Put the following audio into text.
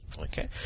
Okay